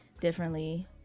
differently